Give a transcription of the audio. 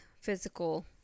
physical